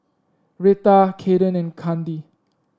Reta Kaeden and Kandi